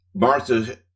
Martha